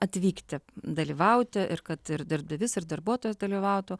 atvykti dalyvauti ir kad irdarbdavys ir darbuotojas dalyvautų